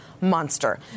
monster